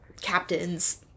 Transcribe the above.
captains